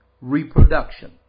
reproduction